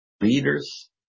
leaders